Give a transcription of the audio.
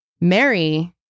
Mary